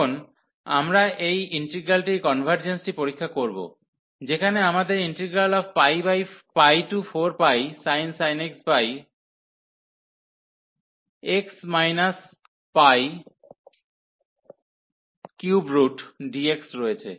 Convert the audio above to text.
এখন আমরা এই ইন্টিগ্রাল্টির কনভার্জেন্সটি পরীক্ষা করব যেখানে আমাদের 4πsin x 3x πdx রয়েছে